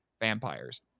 vampires